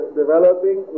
developing